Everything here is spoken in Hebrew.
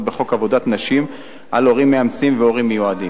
בחוק עבודת נשים על הורים מאמצים והורים מיועדים.